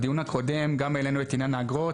בדיון הקודם גם העלינו את עניין האגרות.